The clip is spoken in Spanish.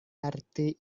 arte